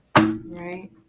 right